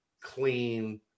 clean